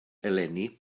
eleni